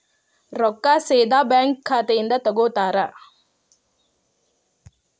ರೊಕ್ಕಾ ಸೇದಾ ಬ್ಯಾಂಕ್ ಖಾತೆಯಿಂದ ತಗೋತಾರಾ?